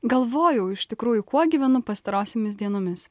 galvojau iš tikrųjų kuo gyvenu pastarosiomis dienomis